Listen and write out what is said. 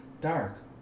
dark